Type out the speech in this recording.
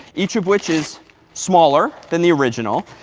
each of which is smaller than the original.